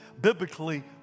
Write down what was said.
biblically